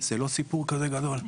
זה לא סיפור כזה גדול.